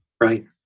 Right